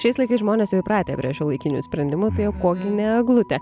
šiais laikais žmonės jau įpratę prie šiuolaikinių sprendimų tai o kuo gi ne eglutė